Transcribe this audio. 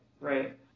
right